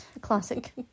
Classic